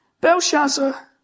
Belshazzar